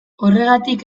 horregatik